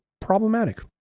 problematic